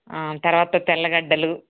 తర్వాత తెల్లగడ్డలు